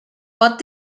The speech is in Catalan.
pot